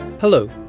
Hello